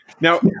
Now